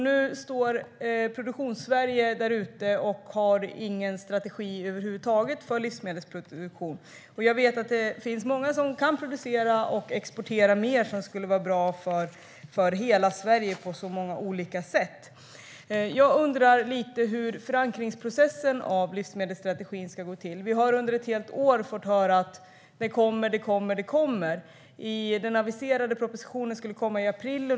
Nu har Produktionssverige ingen strategi för livsmedelsproduktion över huvud taget. Jag vet att det finns många som kan producera och exportera mer, vilket skulle vara bra för hela Sverige på många olika sätt. Jag undrar hur förankringsprocessen av livsmedelsstrategin ska gå till. Vi har under ett helt år fått höra att den kommer att komma. Den aviserade propositionen skulle komma i april.